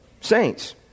Saints